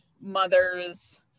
mother's